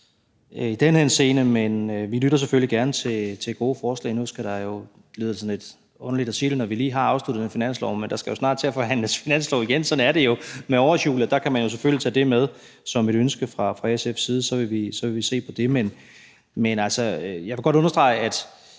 i den henseende, men vi lytter selvfølgelig gerne til gode forslag. Det lyder sådan lidt underligt at sige det, når vi lige har afsluttet en finanslov, men der skal jo snart til at forhandles finanslov igen, sådan er det jo med årshjulet, og der kan man selvfølgelig tage det med som et ønske fra SF's side, så vil vi se på det. Men altså, jeg vil godt understrege, at